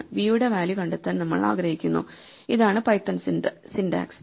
v യുടെ value കണ്ടെത്താൻ നമ്മൾ ആഗ്രഹിക്കുന്നു ഇതാണ് പൈത്തൺ സിന്റാക്സ്